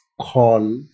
call